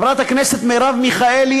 חברת הכנסת מרב מיכאלי,